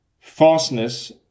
falseness